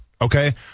okay